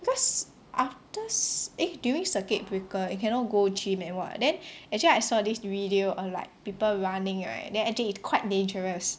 cause after cir~ eh during circuit breaker you cannot go gym and what then actually I saw this video err like pepople running right then actually it's quite dangerous